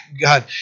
God